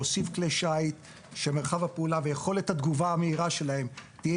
כדי שמרחב הפעולה ויכולת התגובה המהירה שלהם תהיה